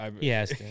Yes